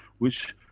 which,